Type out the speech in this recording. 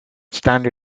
stand